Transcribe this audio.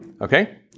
Okay